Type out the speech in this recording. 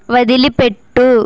వదిలిపెట్టు